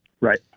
right